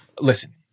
listen